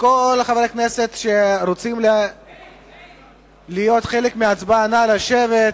מכל חברי הכנסת שרוצים להשתתף בהצבעה, נא לשבת.